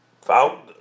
found